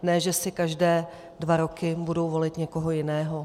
Ne že si každé dva roky budou volit někoho jiného.